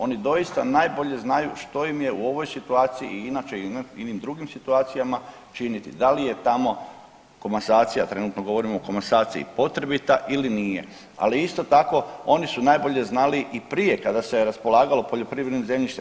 Oni doista najbolje znaju što im je u ovoj situaciji i inače u inim drugim situacijama činiti, da li je tamo komasacija, trenutno govorim o komasaciji, potrebita ili nije, ali isto tako oni su najbolje znali i prije kada se raspolagalo poljoprivrednim zemljištem.